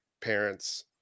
parents